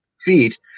feet